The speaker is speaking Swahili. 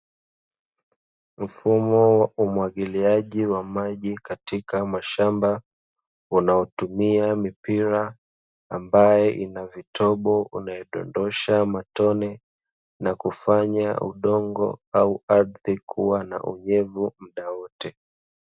Mfumo wa umwagiliaji wa maji katika mashamba unaotumia mipira ambayo ina vitobo vinayodondosha matone, na kufanya udongo au ardhi kuwa na unyevu mda wote.